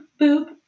boop